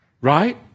Right